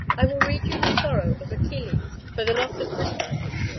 i will read you the sorrow of achilles for the loss of briseis,